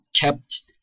kept